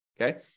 okay